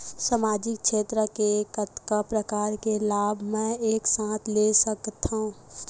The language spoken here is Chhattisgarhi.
सामाजिक क्षेत्र के कतका प्रकार के लाभ मै एक साथ ले सकथव?